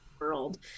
world